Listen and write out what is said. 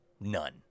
None